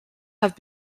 have